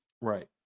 Right